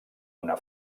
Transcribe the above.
una